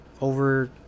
over